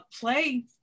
play